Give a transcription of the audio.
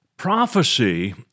Prophecy